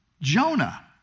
Jonah